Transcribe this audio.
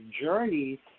journey